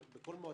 הכול כתוב,